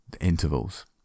intervals